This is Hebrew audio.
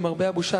למרבה הבושה,